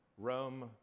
Rome